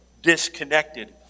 disconnected